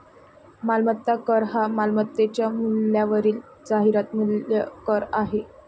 मालमत्ता कर हा मालमत्तेच्या मूल्यावरील जाहिरात मूल्य कर आहे